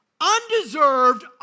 Undeserved